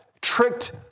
tricked